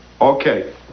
Okay